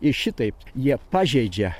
ir šitaip jie pažeidžia